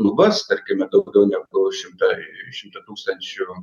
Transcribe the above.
lubas tarkime daugiau negu šimtai šimtą tūkstančių